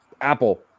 Apple